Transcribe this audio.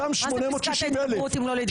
אותם 860 אלף,